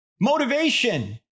motivation